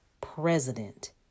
president